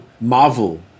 Marvel